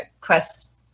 Quest